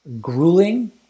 grueling